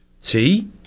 See